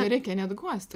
nereikia net guosti